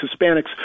Hispanics